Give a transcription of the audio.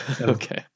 Okay